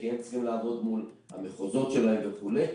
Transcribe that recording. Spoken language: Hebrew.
כי הם צריכים לעבוד מול המחוזות שלהם וכו'.